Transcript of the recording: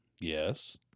Yes